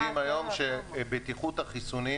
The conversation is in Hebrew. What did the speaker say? בטיחות החיסונים